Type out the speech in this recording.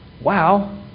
Wow